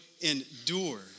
endure